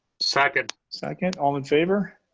second. second, all in favor.